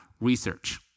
Research